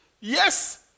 yes